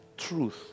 Truth